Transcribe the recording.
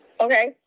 Okay